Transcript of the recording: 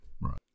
Right